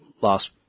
last